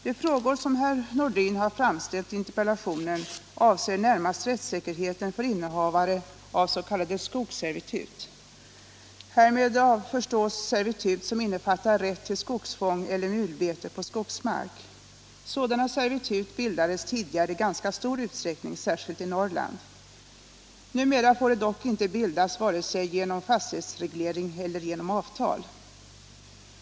De frågor som herr Nordin har framställt i interpellationen avser närmast rättssäkerheten för innehavare av s.k. skogsservitut. Härmed förstås servitut som innefattar rätt till skogsfång eller mulbete på skogsmark. Sådana servitut bildades tidigare i ganska stor utsträckning, särskilt i Norrland. Numera får de dock inte bildas vare sig genom fastighetsreglering eller genom avtal.